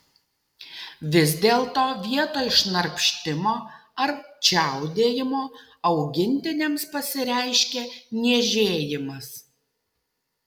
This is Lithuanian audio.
vis dėlto vietoj šnarpštimo ar čiaudėjimo augintiniams pasireiškia niežėjimas